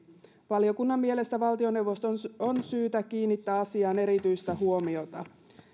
valiokunnan mielestä valtioneuvoston on syytä kiinnittää asiaan erityistä huomiota